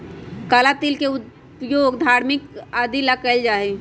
काला तिल के उपयोग धार्मिक आदि ला कइल जाहई